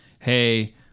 Hey